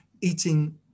eating